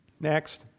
Next